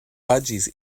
budgies